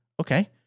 okay